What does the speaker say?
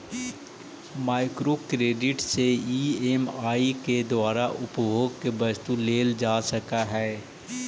micro credit से EMI के द्वारा उपभोग के वस्तु लेल जा सकऽ हई